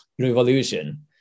revolution